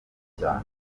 cyane